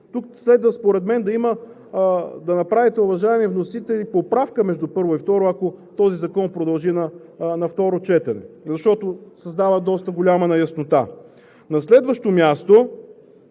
тук следва да направите, уважаеми вносители, поправка между първо и второ четене, ако този законопроект продължи на второ четене, защото създава доста голяма неяснота. На следващо място,